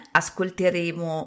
ascolteremo